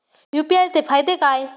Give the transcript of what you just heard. UPI चे फायदे काय?